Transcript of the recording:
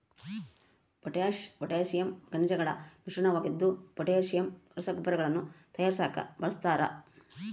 potash potassium ಖನಿಜಗಳ ಮಿಶ್ರಣವಾಗಿದ್ದು potassium ರಸಗೊಬ್ಬರಗಳನ್ನು ತಯಾರಿಸಾಕ ಬಳಸ್ತಾರ